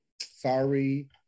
sorry